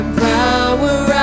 power